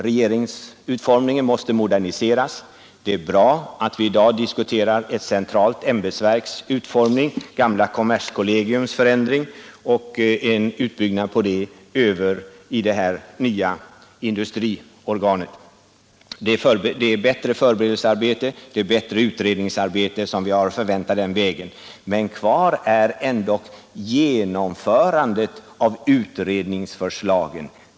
Regeringens utformning måste moderniseras. Det är bra att vi i dag diskuterar ett centralt ämbetsverks utformning, gamla kommerskollegiums förändring och en utbyggnad därav i det nya industriorganet. På den vägen har vi att förvänta bättre förberedelsearbete och bättre utredningsarbete. Men kvar är ändå genomförandet av utredningsförslagen.